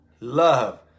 love